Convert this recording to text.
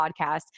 podcast